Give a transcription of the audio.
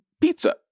pizza